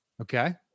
Okay